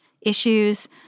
issues